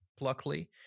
pluckley